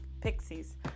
pixies